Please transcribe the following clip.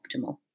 optimal